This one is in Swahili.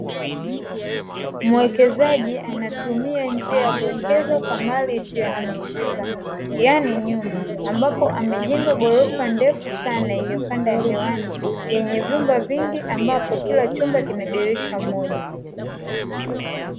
Mwekezaji anatumia njia ya kuwekeza kwa mali isiyohamishika yaani nyumba ambapo amejenga gorofa ndefu sana, iliyopanda hewani yenye vyumba vingi ambapo kila chumba kina dirisha moja.